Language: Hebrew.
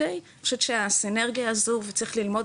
אני חושבת שהסינרגיה הזו וצריך ללמוד